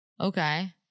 Okay